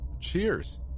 cheers